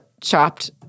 chopped